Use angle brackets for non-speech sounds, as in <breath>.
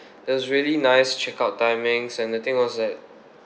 <breath> there was really nice check out timings and the thing was that